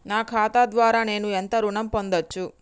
నా ఖాతా ద్వారా నేను ఎంత ఋణం పొందచ్చు?